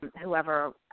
whoever